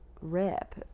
Rip